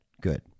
Good